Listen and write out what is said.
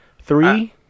three